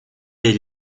des